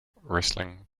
wrestling